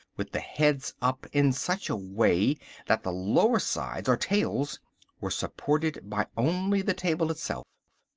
with the heads up in such a way that the lower sides or tails were supported by only the table itself.